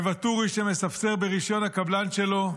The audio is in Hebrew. מוואטורי, שמספסר ברישיון הקבלן שלו,